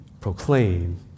proclaim